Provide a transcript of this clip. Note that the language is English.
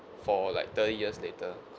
for like thirty years later